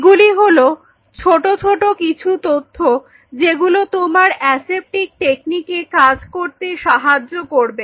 এগুলো হলো ছোট ছোট কিছু তথ্য যেগুলো তোমার অ্যাসেপ্টিক টেকনিকে কাজ করতে সাহায্য করবে